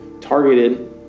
targeted